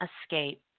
escape